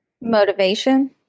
motivation